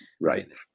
Right